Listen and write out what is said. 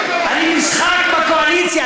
אני נשחק מהקואליציה,